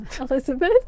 Elizabeth